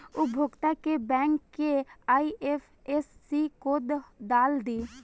उपभोगता के बैंक के आइ.एफ.एस.सी कोड डाल दी